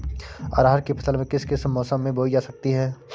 अरहर की फसल किस किस मौसम में बोई जा सकती है?